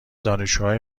دانشجوهای